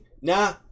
Nah